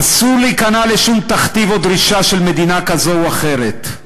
אסור להיכנע לשום תכתיב או דרישה של מדינה כזאת או אחרת,